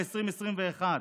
ב-2021.